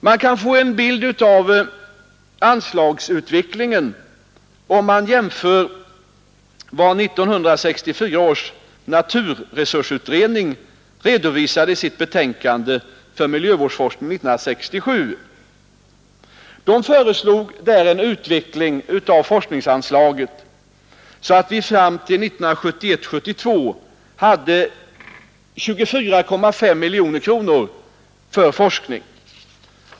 Man kan få en bild av anslagsutvecklingen om man jämför dagens anslag med vad 1964 års naturresursutredning skrev i sitt betänkande om miljövårdsforskning år 1967. Man föreslog där en sådan utveckling av forskningsanslagen att vi fram till 1971/72 skulle använda 24,5 miljoner kronor på forskning.